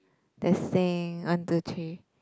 testing one two three